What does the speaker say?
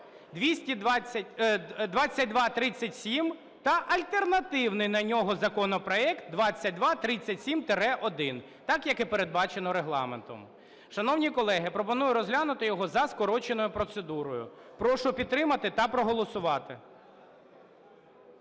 2237 та альтернативний на нього законопроект 2237-1. Так, як і передбачено Регламентом. Шановні колеги, пропоную розглянути його за скороченою процедурою. Прошу підтримати та проголосувати.